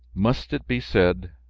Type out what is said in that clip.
must it be said?